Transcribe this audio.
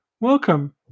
Welcome